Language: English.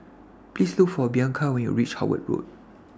Please Look For Bianca when YOU REACH Howard Road